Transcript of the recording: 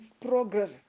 progress